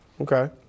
Okay